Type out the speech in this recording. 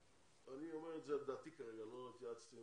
אני אומר כרגע על דעתי - לא התייעצתי עם